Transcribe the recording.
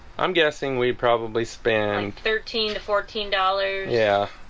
i'm guessing we probably spend thirteen to fourteen dollars. yeah